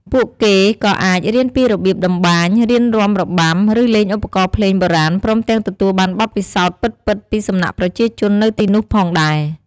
ពួកគេក៏អាចរៀនពីរបៀបតម្បាញ រៀនរាំរបាំ ឬលេងឧបករណ៍ភ្លេងបុរាណព្រមទាំងទទួលបានបទពិសោធន៍ពិតៗពីសំណាក់ប្រជាជននៅទីនោះផងដែរ។